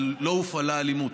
אבל לא הופעלה אלימות.